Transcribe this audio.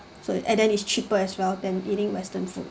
so and then is cheaper as well then eating western food